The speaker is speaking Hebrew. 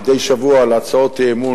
מדי שבוע,